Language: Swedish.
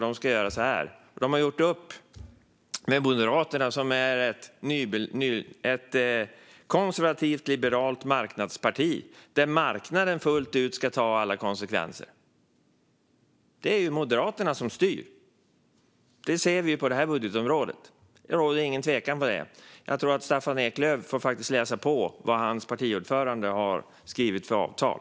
De har gjort upp med Moderaterna, som är ett konservativt, liberalt marknadsparti som menar att marknaden fullt ut ska ta alla konsekvenser. Det är Moderaterna som styr; det ser vi på detta budgetområde. Det råder ingen tvekan om detta. Jag tror att Staffan Eklöf får läsa vad hans partiordförande har skrivit för avtal.